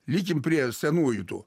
likim prie senųjų tų